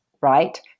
right